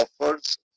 offers